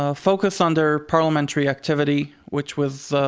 ah focus on their parliamentary activity, which was